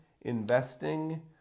investing